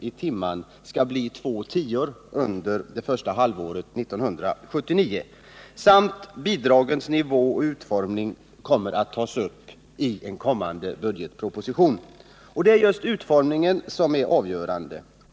i timmen skall bli två tior under det första halvåret 1979 samt att bidragets nivå och utformning kommer att tas upp i kommande budgetproposition. Det är just utformningen som är avgörande.